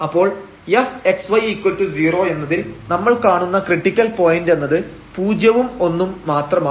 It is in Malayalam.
അപ്പോൾ fx y0 എന്നതിൽ നമ്മൾ കാണുന്ന ക്രിട്ടിക്കൽ പോയന്റ് എന്നത് പൂജ്യവും ഒന്നും മാത്രമാണ്